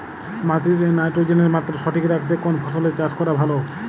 মাটিতে নাইট্রোজেনের মাত্রা সঠিক রাখতে কোন ফসলের চাষ করা ভালো?